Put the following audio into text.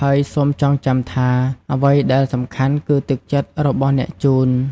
ហើយសូមចងចាំថា អ្វីដែលសំខាន់គឺទឹកចិត្តរបស់អ្នកជូន។